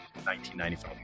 1995